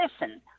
listen